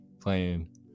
playing